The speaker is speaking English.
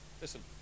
Listen